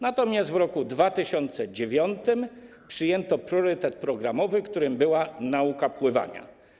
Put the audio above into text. Natomiast w roku 2009 przyjęto priorytet programowy, którym była nauka pływania.